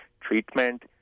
treatment